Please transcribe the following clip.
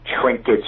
trinkets